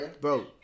bro